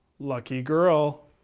lucky girl.